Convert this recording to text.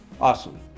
Awesome